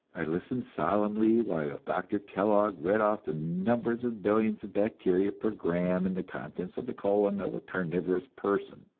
i listened solemnly while doctor kellogg read off the numbers of billions of bacteria per gram in the contents of the colon of a carnivorous person.